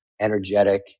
energetic